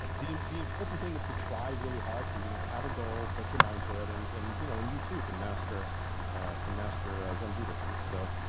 ah the the important thing is to try really hard to you know have a goal, set your mind to it, and and you know and you, too, can master can master ah zen buddhism. so